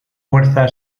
fuerza